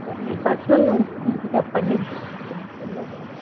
sir మీ personal life గురించి చెప్పండి సార్ అంటే మీకు పెళ్ళయిపోయిందా